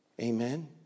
Amen